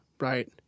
right